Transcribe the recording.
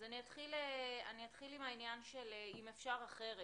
אני אתחיל עם העניין של "אם אפשר אחרת"